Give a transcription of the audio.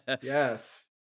Yes